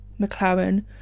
McLaren